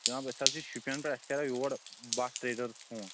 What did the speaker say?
جناب أسۍ حظ چھِ شُپین پیٚٹھ اَسہِ آیہِ یور بٹ ٹرٛیڈٲرٕس فون